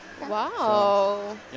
Wow